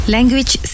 Language